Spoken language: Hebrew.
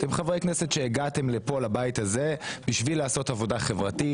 אתם חברי כנסת שהגעתם לכאן לבית הזה בשביל לעשות עבודה חברתית.